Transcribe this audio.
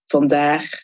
Vandaag